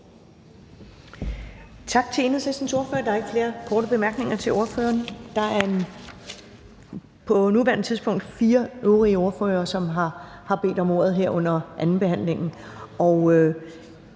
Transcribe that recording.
Tak til Enhedslistens ordfører. Der er ikke flere korte bemærkninger til ordføreren. Der er på nuværende tidspunkt fire øvrige ordførere, som har bedt om ordet her under andenbehandlingen,